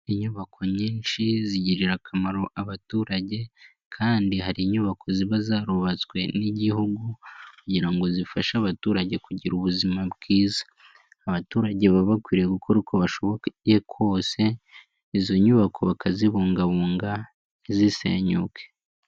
Inyubako nyinshi zigirira akamaro abaturage kandi hari inyubako ziba zarubatswe n'igihugu kugira ngo zifashe abaturage kugira ubuzima bwiza abaturage baba bakwiye gukora uko bashoboye kose izo nyubako bakazibungabunga ntizisenyuke.